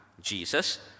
Jesus